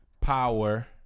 Power